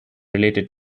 related